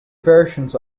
versions